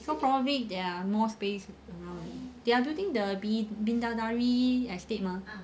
so probably there are more space now they are building the bi~ bidadari estate mah